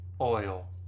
Oil